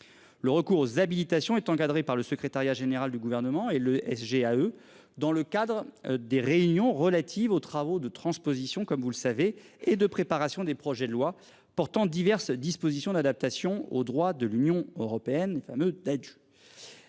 Le recours aux habilitations est encadré par le secrétariat général du gouvernement et le SGA eux dans le cadre des réunions relatives aux travaux de transposition comme vous le savez et de préparation des projets de loi portant diverses dispositions d'adaptation au droit de l'Union européenne femme têtue.